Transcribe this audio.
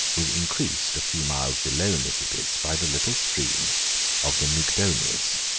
was increased, a few miles below nisibis, by the little stream of the mygdonius,